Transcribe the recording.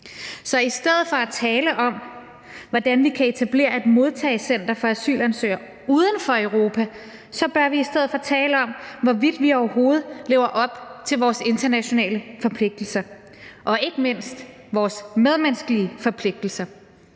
Så i stedet for at tale om, hvordan vi kan etablere et modtagecenter for asylansøgere uden for Europa, bør vi i stedet for tale om, hvorvidt vi overhovedet lever op til vores internationale forpligtelser – og ikke mindst vores medmenneskelige forpligtelser.